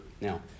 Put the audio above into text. Now